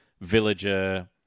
villager